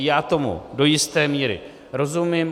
Já tomu do jisté míry rozumím.